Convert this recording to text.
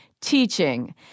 teaching